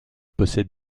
possède